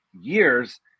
years